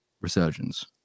resurgence